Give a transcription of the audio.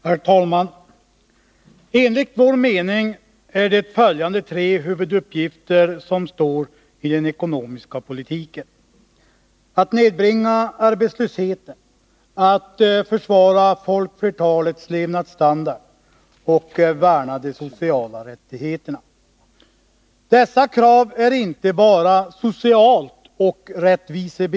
Herr talman! Enligt vår mening är det följande tre huvuduppgifter som den ekonomiska politiken har: Att nedbringa arbetslösheten, att försvara folkflertalets levnadsstandard och värna om de sociala rättigheterna. Dessa krav är inte betingade bara av sociala skäl och rättviseskäl.